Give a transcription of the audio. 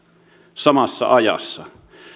samassa ajassa